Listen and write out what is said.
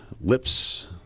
lips